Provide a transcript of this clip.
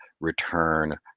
return